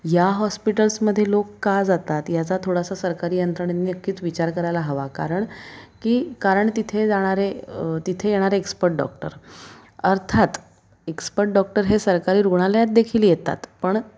या हॉस्पिटल्समध्ये लोक का जातात याचा थोडासा सरकारी यंत्रणांनी नक्कीच विचार करायला हवा कारण की कारण तिथे जाणारे तिथे येणारे एक्सपट डॉक्टर अर्थात एक्सपट डॉक्टर हे सरकारी रुणालयात देखील येतात पण